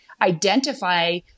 identify